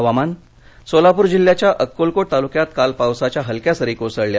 हवामान् सोलापूर जिल्याएकच्या अक्कलकोट तालुक्यात काल पावसाच्या हलक्या सरी कोसळल्या